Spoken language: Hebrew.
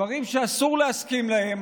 דברים שאסור להסכים להם.